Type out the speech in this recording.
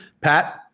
Pat